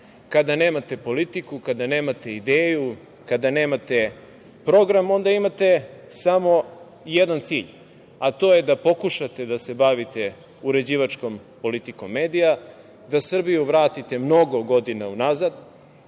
Kada nemate politiku, kada nemate ideju, kada nemate program, onda imate samo jedan cilj, a to je da pokušate da se bavite uređivačkom politikom medija, da Srbiju vratite mnogo godina unazad. Ta